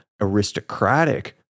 aristocratic